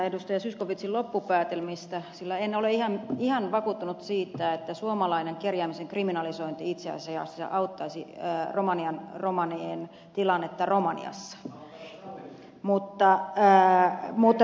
zyskowiczin loppupäätelmistä sillä en ole ihan vakuuttunut siitä että suomalainen kerjäämisen kriminalisointi itse asiassa auttaisi romanien tilannetta romaniassa